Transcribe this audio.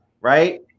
right